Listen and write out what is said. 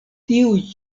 tiuj